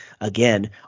again